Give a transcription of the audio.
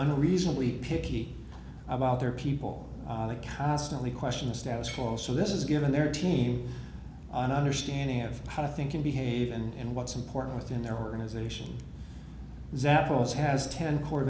no reasonably picky about their people they constantly question the status quo so this is given their team and understanding of how to think and behave and what's important within their organization examples has ten core